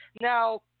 Now